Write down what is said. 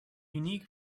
unique